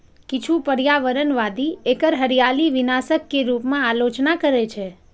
किछु पर्यावरणवादी एकर हरियाली विनाशक के रूप मे आलोचना करै छै